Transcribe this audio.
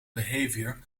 behavior